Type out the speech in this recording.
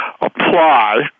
apply